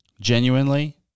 Genuinely